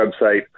website